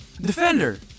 Defender